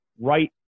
right